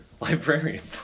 Librarian